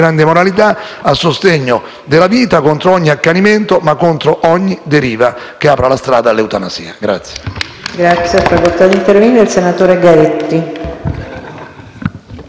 grande moralità, a sostegno della vita contro ogni accanimento e contro ogni deriva che apra la strada all'eutanasia. *(Applausi